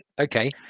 okay